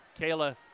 Kayla